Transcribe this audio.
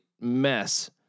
mess